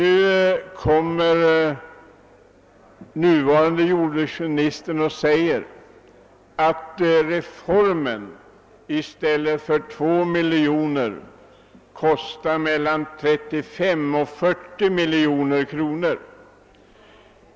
I dag säger den nuvarande jordbruksministern att den föreslagna reformen i stället för 2 miljoner kronor kostar mellan 35 och 40 miljoner kronor.